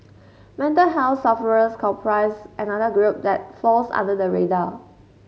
mental health sufferers comprise another group that falls under the radar